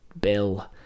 Bill